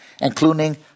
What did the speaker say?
including